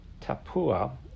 Tapua